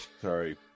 Sorry